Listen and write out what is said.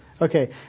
Okay